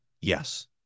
yes